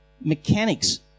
mechanics